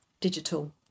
digital